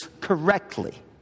correctly